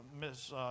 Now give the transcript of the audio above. Miss